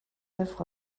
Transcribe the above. œuvre